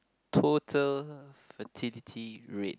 total fertility rate